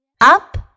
up